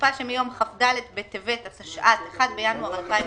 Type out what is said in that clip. בתקופה שמיום כ"ד בטבת התשע"ט (1 בינואר 2019)